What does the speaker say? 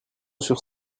sur